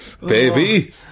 baby